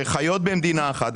שחיות במדינה אחת,